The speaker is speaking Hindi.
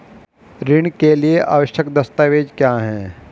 ऋण के लिए आवश्यक दस्तावेज क्या हैं?